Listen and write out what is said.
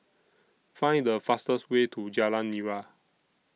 Find The fastest Way to Jalan Nira